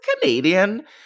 Canadian